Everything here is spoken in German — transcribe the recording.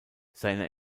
seine